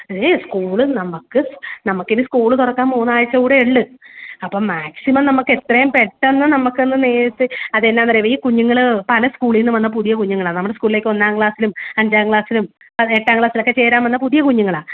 ഈ സ്കൂള് നമുക്ക് നമുക്കിനി സ്കൂള് തുറക്കാൻ മൂന്നാഴ്ച കൂടെ ഉള്ളു അപ്പം മാക്സിമം നമുക്കെത്രേം പെട്ടന്ന് നമുക്കൊന്ന് നേരത്തെ അതെന്നാന്നറിയാമോ ഈ കുഞ്ഞുങ്ങൾ പല സ്കൂളീന്നും വന്ന പുതിയ കുഞ്ഞുങ്ങളാ നമ്മുടെ സ്കൂളിലേക്ക് ഒന്നാം ക്ലാസ്സിലും അഞ്ചാം ക്ളാസിലും എട്ടാം ക്ളാസ്സിലൊക്കെ ചേരാൻ വന്ന പുതിയ കുഞ്ഞുങ്ങളാണ്